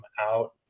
out